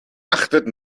achtet